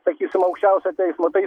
sakysim aukščiausio teismo tai